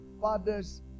Fathers